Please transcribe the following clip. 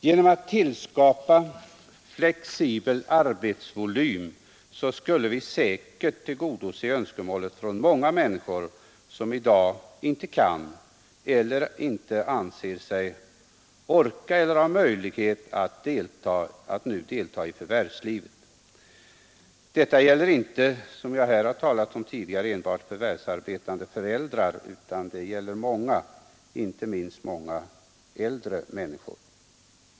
Genom att skapa flexibel arbetsvolym skulle vi säkerligen tillgodose önskemål från många människor som i dag inte anser sig orka eller inte har möjlighet att delta i förvärvslivet. Detta gäller inte, som jag här har sagt tidigare, enbart förvärvsarbetande föräldrar, utan också många andra — inte minst många äldre människor.